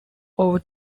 over